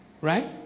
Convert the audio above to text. right